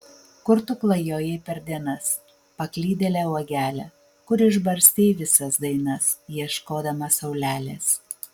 kur tu klajojai per dienas paklydėle uogele kur išbarstei visas dainas ieškodama saulelės